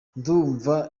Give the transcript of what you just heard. ndumva